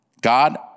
God